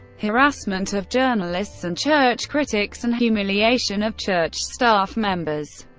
harassment of journalists and church critics, and humiliation of church staff members,